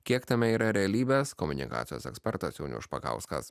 kiek tame yra realybės komunikacijos ekspertas jaunius špakauskas